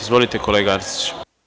Izvolite, kolega Arsiću.